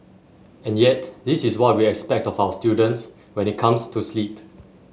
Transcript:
and yet this is what we expect of our students when it comes to sleep